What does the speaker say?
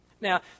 Now